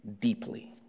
Deeply